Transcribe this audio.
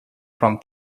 from